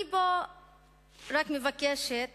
אני מבקשת